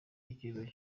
icyumba